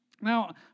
Now